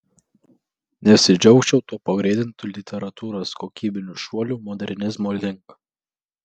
nesidžiaugčiau tuo pagreitintu literatūros kokybiniu šuoliu modernizmo link